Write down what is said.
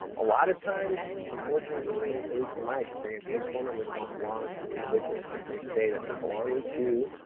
um a lot of times, unfortunately, and at least in my experience those phone numbers don't belong to the individuals that they say that they're belonging to.